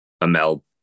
Amel